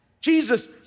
Jesus